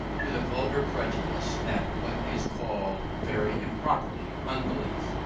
to the vulgar prejudice, that what is called, very improperly, unbelief,